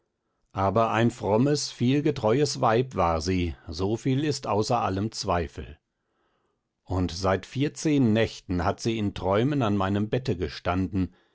aber ein frommes vielgetreues weib war sie soviel ist außer allem zweifel und seit vierzehn nächten hat sie in träumen an meinem bette gestanden